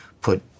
put